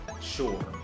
Sure